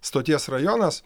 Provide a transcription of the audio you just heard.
stoties rajonas